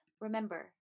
remember